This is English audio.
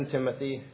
Timothy